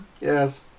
Yes